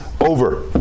over